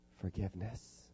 Forgiveness